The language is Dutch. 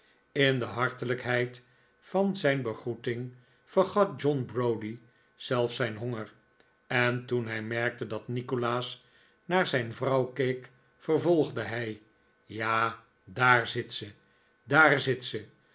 in de hartelijkheid van zijn begroeting vergat john browdie zelfs zijn honger en toen hij merkte dat nikolaas naar zijn vrouw keek vervolgde hij ja daar zit ze daar zit ze